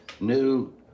new